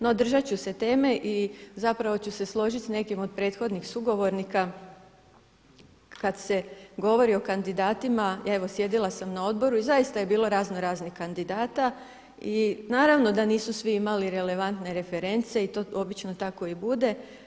No, držat ću se teme i zapravo ću se složit s nekim od prethodnih sugovornika kada se govori o kandidatima, evo sjedila sam na Odboru i zaista je bilo razno-raznih kandidata i naravno da nisu svi imali relevantne reference i to obično tako i bude.